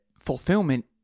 fulfillment